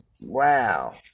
Wow